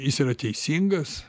jis yra teisingas